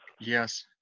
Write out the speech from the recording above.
yes